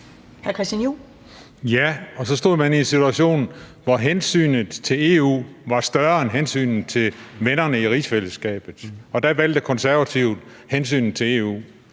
Ja, og så stod man i en situation, hvor hensynet til EU var større end hensynet til vennerne i rigsfællesskabet, og der valgte Konservative hensynet til EU